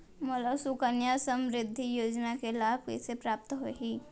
मोला सुकन्या समृद्धि योजना के लाभ कइसे प्राप्त होही?